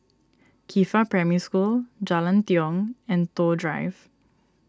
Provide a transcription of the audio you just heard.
Qifa Primary School Jalan Tiong and Toh Drive